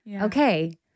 okay